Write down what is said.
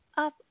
Up